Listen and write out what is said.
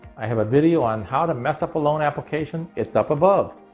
i have a video on how to mess up a loan application. it's up above,